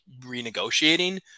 renegotiating